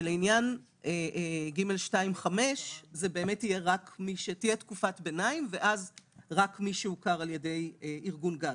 לעניין (ג2)(5) תהיה תקופת ביניים ואז רק מי שהוכר על ידי ארגון גג.